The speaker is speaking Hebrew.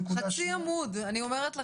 חצי עמוד, אני אומרת לכם.